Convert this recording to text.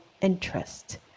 interest